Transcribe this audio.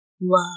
love